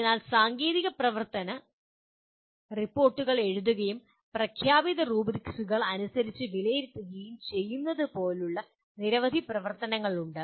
അതിനാൽ സാങ്കേതിക പ്രവർത്തന റിപ്പോർട്ടുകൾ എഴുതുകയും പ്രഖ്യാപിത റൂബ്രിക്സുകൾ അനുസരിച്ച് വിലയിരുത്തുകയും ചെയ്യുന്നതുപോലുള്ള നിരവധി പ്രവർത്തനങ്ങളുണ്ട്